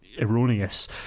erroneous